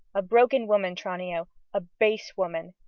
a broken woman tranio a base woman,